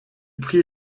prit